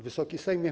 Wysoki Sejmie!